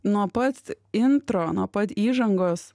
nuo pat intro nuo pat įžangos